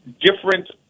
different